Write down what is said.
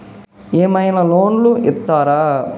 ఏమైనా లోన్లు ఇత్తరా?